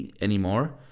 anymore